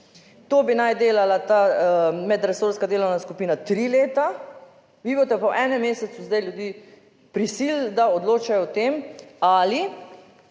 To bi naj delala ta medresorska delovna skupina tri leta. Vi boste pa v enem mesecu zdaj ljudi prisilili, da odločajo o tem, ali